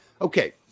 okay